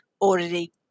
already